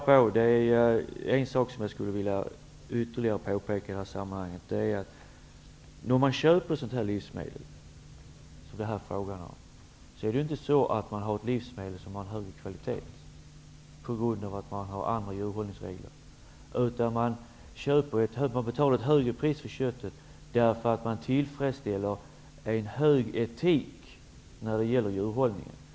Det finns en sak som jag skulle vilja ytterligare påpeka i sammanhanget, nämligen att när man köper svenskproducerade livsmedel är det ju inte fråga om att köpa livsmedel som har högre kvalitet på grund av att vi i Sverige har andra djurhållningsregler, utan man betalar ett högre pris för köttet därför att man tillfredsställer en hög etik när det gäller djurhållning.